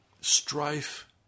strife